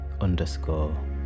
underscore